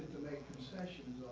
concessions